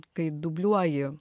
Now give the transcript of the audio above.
kai dubliuoji